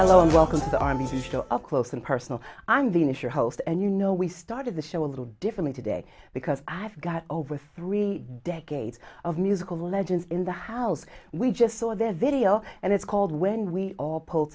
show up close and personal i'm being if your host and you know we started the show a little different today because i've got over three decades of musical legend in the house we just saw that video and it's called when we all pull